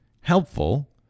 helpful